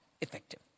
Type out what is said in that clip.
effective